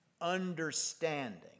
understanding